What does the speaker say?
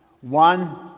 one